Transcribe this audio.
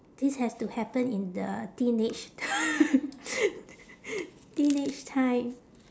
this has to happen in the teenage t~ teenage time